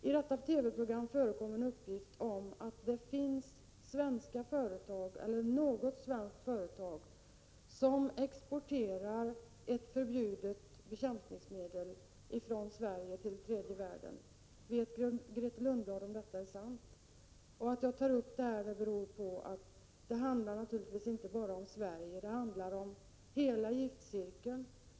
I ett TV program förekom en uppgift om att det finns ett svenskt företag som exporterar ett förbjudet bekämpningsmedel från Sverige till tredje världen. Vet Grethe Lundblad om detta är sant? Att jag tar upp detta beror på att det naturligtvis inte bara handlar om Sverige utan om hela giftcirkeln.